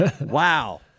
Wow